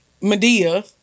Medea